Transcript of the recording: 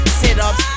sit-ups